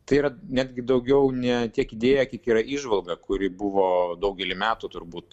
tai yra netgi daugiau ne tiek idėja kiek yra įžvalga kuri buvo daugelį metų turbūt